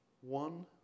One